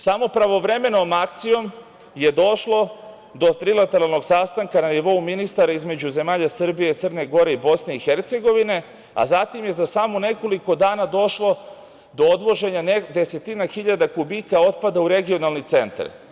Samo pravovremenom akcijom je došlo do trilateralnog sastanka na nivou ministara između zemalja Srbije, Crne Gore i BiH, a zatim je za samo nekoliko dana došlo do odvoženja desetina hiljada kubika otpada u regionalni centar.